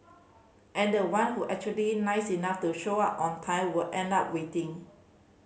and the one who actually nice enough to show up on time would end up waiting